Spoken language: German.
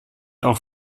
auch